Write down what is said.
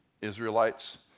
Israelites